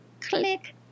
click